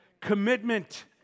Commitment